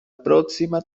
próxima